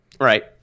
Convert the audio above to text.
right